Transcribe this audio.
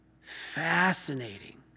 Fascinating